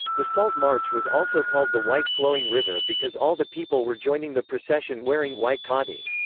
the salt march was also called the white flowing river because all the people were joining the procession wearing white khadi.